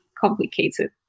complicated